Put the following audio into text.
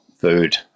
food